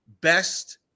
best